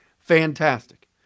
fantastic